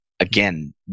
Again